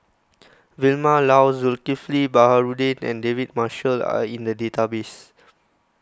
Vilma Laus Zulkifli Baharudin and David Marshall are in the database